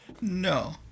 No